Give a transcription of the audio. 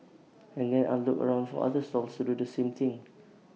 and then I'll look around for other stalls to do the same thing